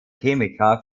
chemiker